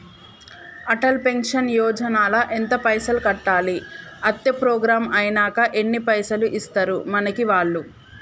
Atal pension Yojana ల ఎంత పైసల్ కట్టాలి? అత్తే ప్రోగ్రాం ఐనాక ఎన్ని పైసల్ ఇస్తరు మనకి వాళ్లు?